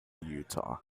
utah